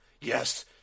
Yes